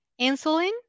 insulin